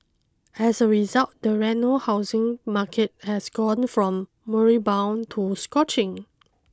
as a result the Reno housing market has gone from moribund to scorching